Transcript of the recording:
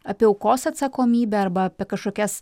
apie aukos atsakomybę arba apie kažkokias